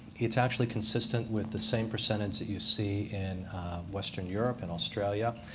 it's actually consistent with the same percentage that you see in western europe and australia.